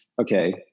okay